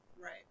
Right